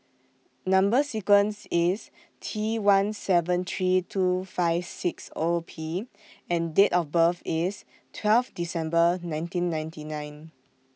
Number sequence IS T one seven three two five six O P and Date of birth IS twelve December nineteen ninety nine